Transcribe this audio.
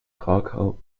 krakau